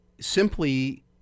simply